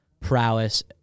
prowess